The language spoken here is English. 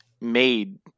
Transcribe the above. made